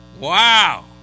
wow